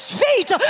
feet